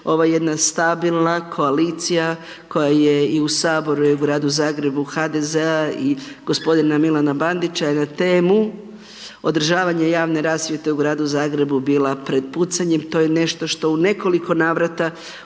ova jedna stabilna koalicija koja je i u Saboru i u Gradu Zagrebu, HDZ-a i g. Milana Bandića je na temu Održavanja javne rasvjete u Gradu Zagrebu, bila pred pucanjem, to je nešto što u nekoliko navrata u